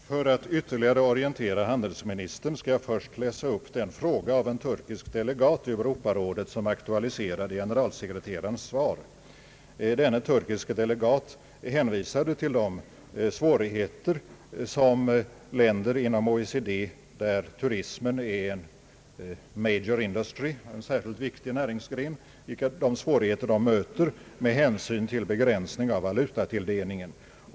Herr talman! För att ytterligare orientera handelsministern skall jag först läsa upp den fråga av en turkisk delegat i Europarådet som aktualiserade generalsekreterarens svar. Denne turkiske delegat hänvisade till de svårigheter som länder inom OECD, där turismen är en »major industry», en särskilt viktig näringsgren, möter med hänsyn till begränsningen av valutatilldelningen.